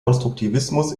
konstruktivismus